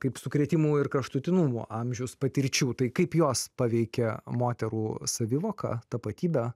kaip sukrėtimų ir kraštutinumų amžius patirčių tai kaip jos paveikia moterų savivoką tapatybę